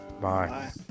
Bye